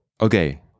okay